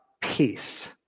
peace